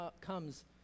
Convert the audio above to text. comes